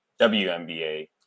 WNBA